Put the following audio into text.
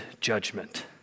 judgment